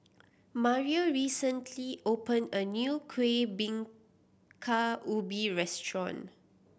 Mario recently opened a new Kueh Bingka Ubi restaurant